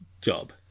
job